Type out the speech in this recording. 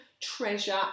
treasure